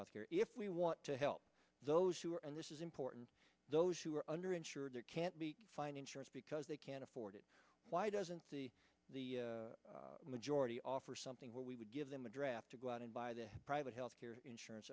health care if we want to help those who are and this is important those who are under insured there can't be find insurance because they can't afford it why doesn't the the majority offer something where we would give them a draft to go out and buy the private health insurance